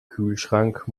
kühlschrank